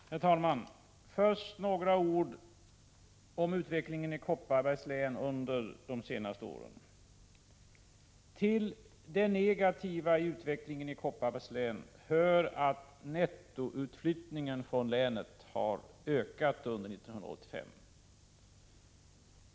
Prot. 1985/86:104 Herr talman! Först några ord om utvecklingen i Kopparbergs län under de — 1 april 1986 senaste åren. Till det negativa i utvecklingen i Kopparbergs län hör att G Om befolkningsnettoutflyttningen från länet har ökat under 1985.